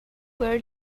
where